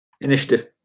Initiative